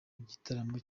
gitaramo